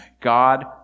God